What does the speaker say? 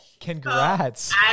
Congrats